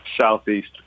Southeast